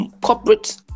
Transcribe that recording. corporate